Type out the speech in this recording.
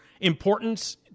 importance